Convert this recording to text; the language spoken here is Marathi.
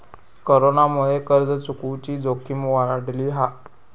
कोरोनामुळे कर्ज चुकवुची जोखीम वाढली हा